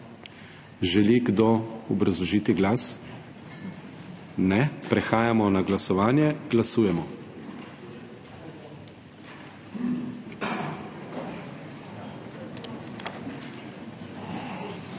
Želi kdo obrazložiti glas? Ne. Prehajamo na glasovanje. Glasujemo.